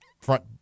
front